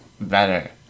better